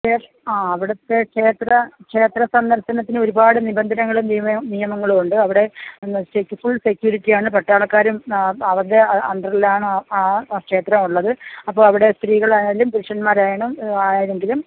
പക്ഷേ ആ അവിടുത്തെ ക്ഷേത്ര ക്ഷേത്ര സന്ദർശനത്തിനൊരുപാട് നിബന്ധനകളും നിയമ നിയമങ്ങളുമുണ്ട് അവിടെ എന്ന സെക്ക് ഫുൾ സെക്യൂരിറ്റിയാണ് പട്ടാളക്കാരും അവരുടെ അണ്ടറിലാണ് ആ ക്ഷേത്രമുള്ളത് അപ്പമവിടെ സ്ത്രീകളായാലും പുരുഷന്മാരായാലും ആരെങ്കിലും